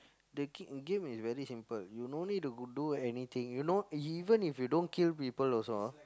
the g~game is very simple you no need to d~ do anything you know even if you don't kill people also